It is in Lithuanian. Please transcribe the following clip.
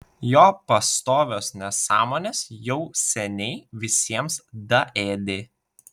jo pastovios nesąmonės jau seniai visiems daėdė